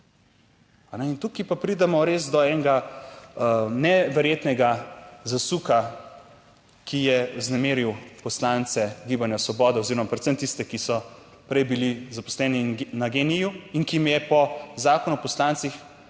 tukaj pa pridemo res do enega neverjetnega zasuka, ki je vznemiril poslance Gibanja Svoboda oziroma predvsem tiste, ki so prej bili zaposleni na GEN-I in ki jim je po Zakonu o poslancih